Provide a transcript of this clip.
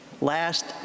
last